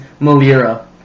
Malira